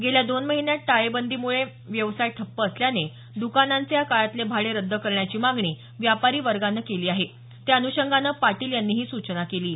गेल्या दोन महिन्यात टाळेबंदीमुळे व्यवसाय ठप्प असल्याने दुकानांचे या काळातले भाडे रद्द करण्याची मागणी व्यापारी वर्गाने केली आहे त्याअनुषंगानं पाटील यांनी ही सूचना केली आहे